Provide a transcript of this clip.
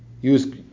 Use